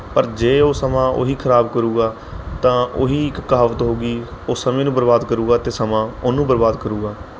ਪਰ ਜੇ ਉਹ ਸਮਾਂ ਉਹੀ ਖਰਾਬ ਕਰੇਗਾ ਤਾਂ ਉਹੀ ਇੱਕ ਕਹਾਵਤ ਹੋਊਗੀ ਉਹ ਸਮੇਂ ਨੂੰ ਬਰਬਾਦ ਕਰੇਗਾ ਅਤੇ ਸਮਾਂ ਉਹਨੂੰ ਬਰਬਾਦ ਕਰੇਗਾ